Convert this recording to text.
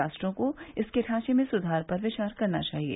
राष्ट्रों को इसके ढांचे में सुधार पर विचार करना चाहिए